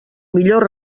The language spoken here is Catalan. millor